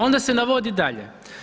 Onda se navodi dalje.